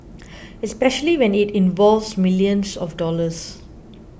especially when it involves millions of dollars